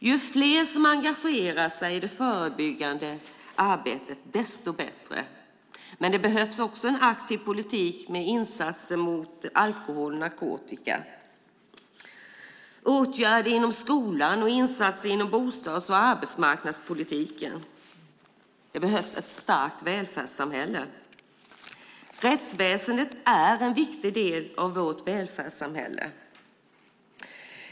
Ju fler som engagerar sig i det förebyggande arbetet, desto bättre. Men det behövs också en aktiv politik med insatser mot alkohol och narkotika, åtgärder inom skolan och insatser inom bostads och arbetsmarknadspolitiken. Det behövs ett starkt välfärdssamhälle. Rättsväsendet är en viktig del av vårt välfärdssamhälle.